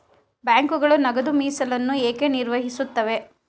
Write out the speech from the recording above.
ಬ್ಯಾಂಕುಗಳು ನಗದು ಮೀಸಲನ್ನು ಏಕೆ ನಿರ್ವಹಿಸುತ್ತವೆ?